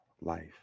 life